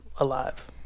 alive